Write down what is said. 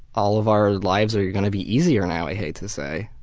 all of our lives are going to be easier now, i hate to say.